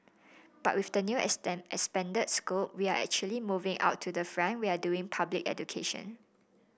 but with the new expanded scope we are actually moving out to the front we are doing public education